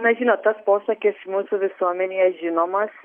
na žinot tas posakis mūsų visuomenėje žinomas